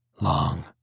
Long